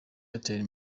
airtel